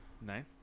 Nine